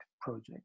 project